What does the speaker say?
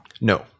No